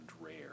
rare